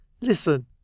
Listen